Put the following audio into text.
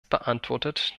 beantwortet